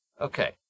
Okay